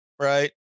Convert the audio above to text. right